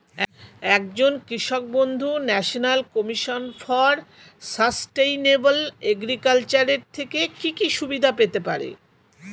একজন কৃষক বন্ধু national commission for sustainable agriculture এর থেকে কি কি সুবিধা পেতে পারে?